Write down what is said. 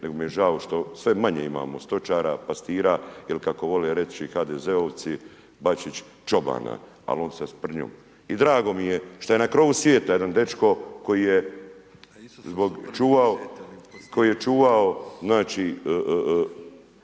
nego mi je žao što sve manje imamo stočara, pastira jel kako vole reći HDZ-ovci, Bačić, čobana, al on sa sprdnjom. I drago mi je što je na krovu svijeta jedan dečko koji je čuvao, znači,